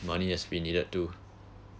money as we needed to